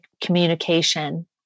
communication